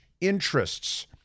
interests